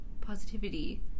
positivity